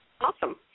Awesome